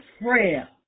prayer